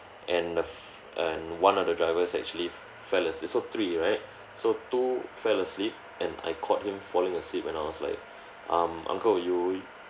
and the f~ and one of the drivers actually f~ fell asleep so three right so two fell asleep and I caught him falling asleep and I was like um uncle you